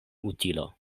utilo